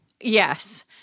Yes